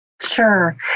Sure